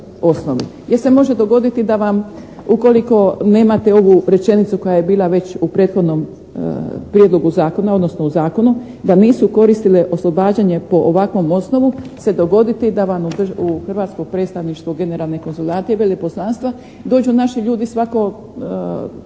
jer se može dogoditi da vam ukoliko nemate ovu rečenicu koja je bila već u prethodnom prijedlogu zakona, odnosno u zakonu, da nisu koristile oslobađanje po ovakvom osnovu se dogoditi da vam u hrvatsko predstavništvo u generalne konzulate i veleposlanstva dođu naši ljudi svako